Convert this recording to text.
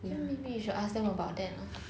then maybe you should ask them about that lah